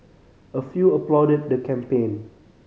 a few applauded the campaign